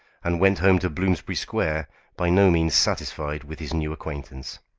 and went home to bloomsbury square by no means satisfied with his new acquaintance.